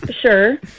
sure